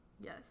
Yes